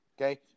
okay